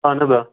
اَہَن حظ آ